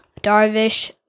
Darvish